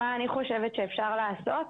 מה אני חושבת שאפשר לעשות.